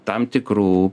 tam tikrų